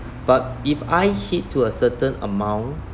but if I hit to a certain amount